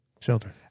Children